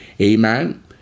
Amen